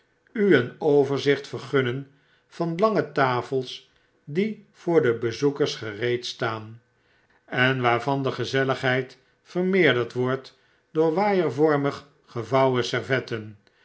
u een overzicht vergunnen van lange tafels die voor de bezoekers gereed staan en waarvan de gezelligheid vermeerderd wordt door waaiervormig gevouwen servetten